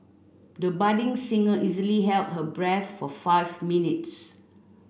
the budding singer easily held her breath for five minutes